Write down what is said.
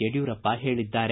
ಯಡಿಯೂರಪ್ಪ ಕೋರಿದ್ದಾರೆ